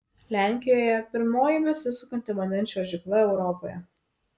lenkijoje pirmoji besisukanti vandens čiuožykla europoje